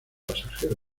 pasajero